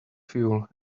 fuel